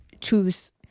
choose